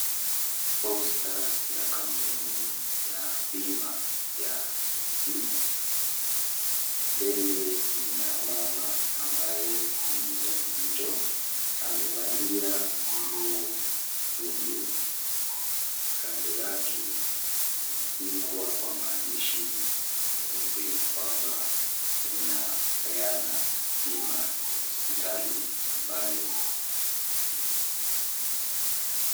Poster ya kampuni ya bima ya Jubilee. Mbele mna mama ambaye ni mjamzito, amevalia nguo nyekundu. Kando yake imeandikwa kwa maandishi meupe kwamba inapeana bima ya hospitali ambayo ni.